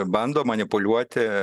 bando manipuliuoti